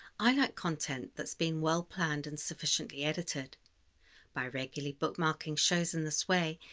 i like content that's been well planned and sufficiently edited by regularly bookmarking shows in this way,